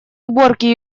уборки